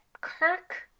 kirk